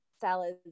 salads